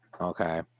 Okay